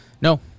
No